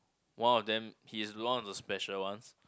one of them he is one of the special ones